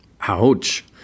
Ouch